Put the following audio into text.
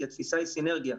כי התפיסה היא סינרגיה.